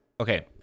Okay